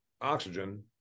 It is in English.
oxygen